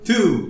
Two